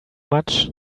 much